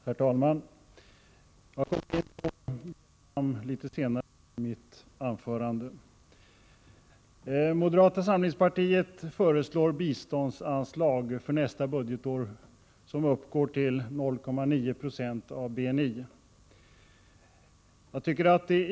Herr talman! Jag kommer litet senare i mitt anförande in på Vietnam. Moderata samlingspartiet föreslår för nästa budgetår biståndsanslag på 0,9 20 av BNI.